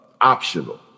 optional